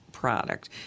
product